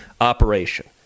operation